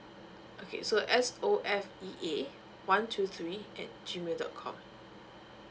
okay so S O F E A one two three at G mail dot com